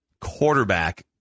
quarterback